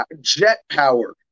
jet-powered